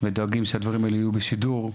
שדואגים שהנושאים האלה יהיו בשידור.